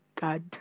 god